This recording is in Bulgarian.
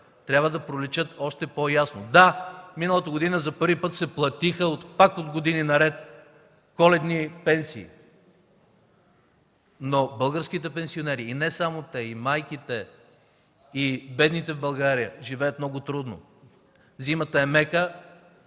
трябва да проличат още по-ясно. Да, миналата година за първи път се платиха, пак от години наред, коледни пенсии. Не само българските пенсионери, и майките, и бедните в България живеят много трудно. Зимата е мека,